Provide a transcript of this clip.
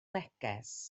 neges